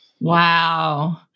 Wow